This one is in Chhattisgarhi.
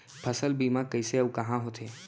फसल बीमा कइसे अऊ कहाँ होथे?